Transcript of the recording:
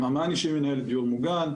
גם אמאני שהיא מנהלת דיור מוגן.